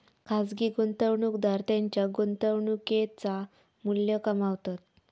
खाजगी गुंतवणूकदार त्येंच्या गुंतवणुकेचा मू्ल्य कमावतत